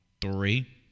three